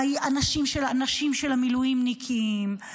הנשים של המילואימניקים,